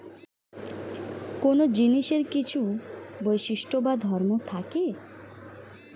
কোন জিনিসের কিছু বৈশিষ্ট্য বা ধর্ম থাকে